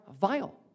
vile